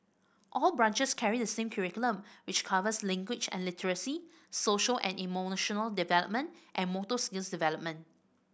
all branches carry the same curriculum which covers language and literacy social and emotional development and motor skills development